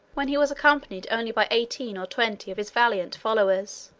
when he was accompanied only by eighteen or twenty of his valiant followers.